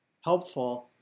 helpful